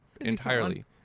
entirely